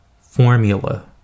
formula